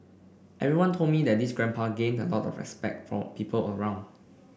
everyone told me that this grandpa gained a lot of respect from people around